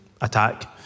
attack